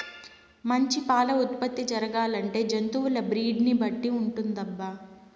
మంచి పాల ఉత్పత్తి జరగాలంటే జంతువుల బ్రీడ్ ని బట్టి ఉంటుందటబ్బా